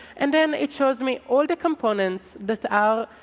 and then it shows me all the components that are